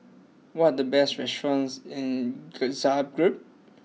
what are the best restaurants in Zagreb